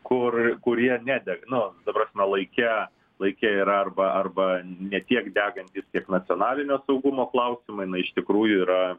kur kurie nedega nu ta prasme laike laike ir arba arba ne tiek degantys kiek nacionalinio saugumo klausimai na iš tikrųjų yra